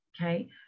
okay